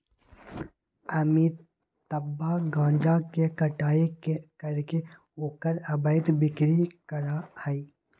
अमितवा गांजा के कटाई करके ओकर अवैध बिक्री करा हई